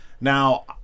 Now